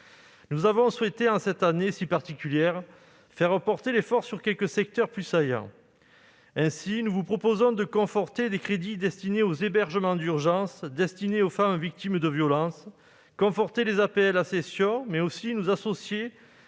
Nous avons souhaité, en cette année si particulière, faire porter l'effort sur quelques secteurs plus saillants. Ainsi, nous vous proposons de conforter les crédits destinés aux hébergements d'urgence pour les femmes victimes de violence, ainsi que les APL accession, mais aussi de nous associer